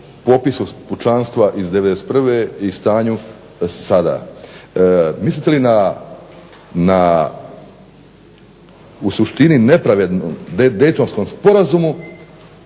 popisu pučanstva iz '91. i stanju sada. Mislite li na u suštini nepravednu Daytonskom sporazumu